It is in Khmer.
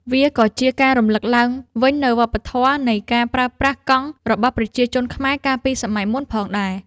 វាក៏ជាការរំលឹកឡើងវិញនូវវប្បធម៌នៃការប្រើប្រាស់កង់របស់ប្រជាជនខ្មែរកាលពីសម័យមុនផងដែរ។